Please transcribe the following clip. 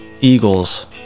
Eagles